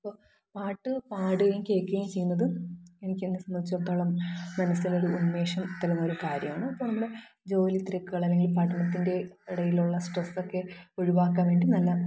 അപ്പോൾ പാട്ട് പാടുകയും കേൾക്കുകയും ചെയ്യുന്നത് എനിക്കെന്നെ സംബന്ധിച്ചെടുത്തോളം മനസ്സിനു ഒരു ഉന്മേഷം തരുന്ന ഒരു കാര്യമാണ് ഇപ്പോൾ നമ്മുടെ ജോലിത്തിരക്കുകള് അല്ലെങ്കിൽ പഠനത്തിന്റെ ഇടയിലുള്ള സ്ട്രെസ്സൊക്കെ ഒഴിവാക്കാന് വേണ്ടി നല്ല